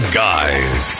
guys